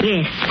Yes